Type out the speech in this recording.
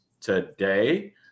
today